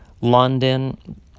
London